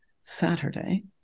Saturday